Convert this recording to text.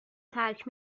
ترک